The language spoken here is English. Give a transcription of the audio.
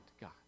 God